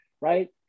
right